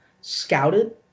scouted